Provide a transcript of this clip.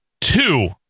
Two